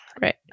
Right